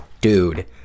Dude